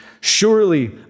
Surely